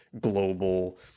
global